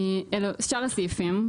אלא שאר הסעיפים,